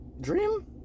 Dream